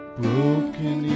broken